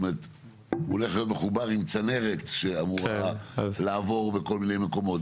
הוא הולך להיות מחובר גם עם צנרת שאמורה לעבור בכל מיני מקומות.